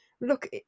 look